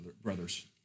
brothers